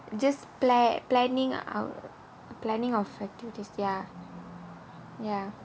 just plan just planning out planning of factors ya